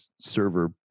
server